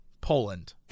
Poland